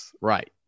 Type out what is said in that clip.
right